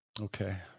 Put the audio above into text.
okay